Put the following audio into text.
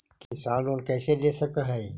किसान लोन कैसे ले सक है?